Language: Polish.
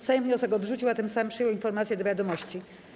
Sejm wniosek odrzucił, a tym samym przyjął informację do wiadomości.